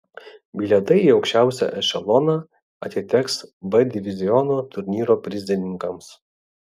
bilietai į aukščiausią ešeloną atiteks b diviziono turnyro prizininkams